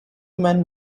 men